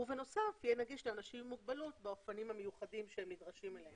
ובנוסף יהיה נגיש לאנשים עם מוגבלות באופנים המיוחדים אליהם הם נדרשים.